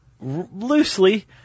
loosely